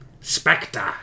Spectre